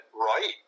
right